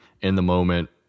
in-the-moment